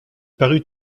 parut